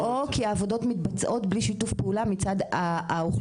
או כי העבודות מתבצעות בלי שיתוף פעולה מצד האוכלוסייה?